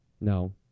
No